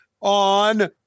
on